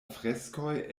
freskoj